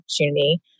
opportunity